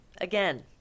again